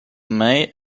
may